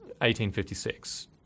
1856